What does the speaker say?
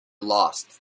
lost